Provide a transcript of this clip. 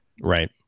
Right